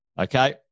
okay